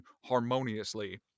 harmoniously